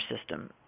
system